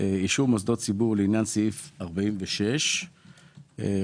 אישור מוסדות ציבור לעניין סעיף 46 לפקודת מס הכנסה.